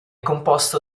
composto